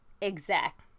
exact